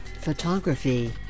photography